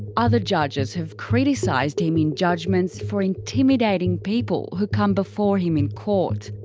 other judges have criticised him in judgements for intimidating people who come before him in court.